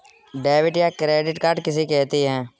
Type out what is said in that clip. Debit या credit card किसे कहते हैं?